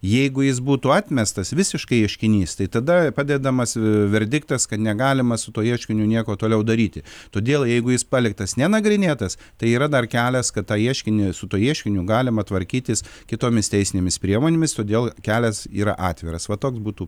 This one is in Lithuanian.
jeigu jis būtų atmestas visiškai ieškinys tai tada padedamas verdiktas kad negalima su tuo ieškiniu nieko toliau daryti todėl jeigu jis paliktas nenagrinėtas tai yra dar kelias kad tą ieškinį su tuo ieškiniu galima tvarkytis kitomis teisinėmis priemonėmis todėl kelias yra atviras va toks būtų